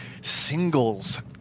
Singles